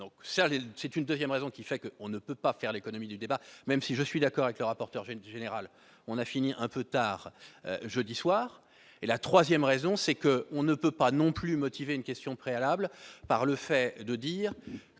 c'est une 2ème raison qui fait que on ne peut pas faire l'économie du débat, même si je suis d'accord avec le rapporteur, j'aime général on a fini un peu tard jeudi soir et la 3ème raison c'est que on ne peut pas non plus motivé une question préalable par le fait de dire